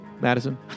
Madison